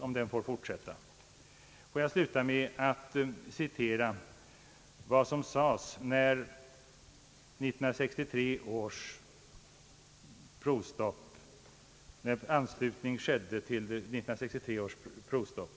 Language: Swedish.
Låt mig sluta med att citera vad som sades när anslutning skedde till 1963 års provstopp.